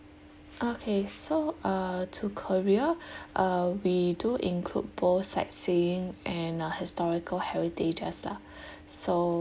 okay so uh to korea uh we do include both sightseeing and uh historical heritages lah so